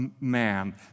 man